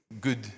good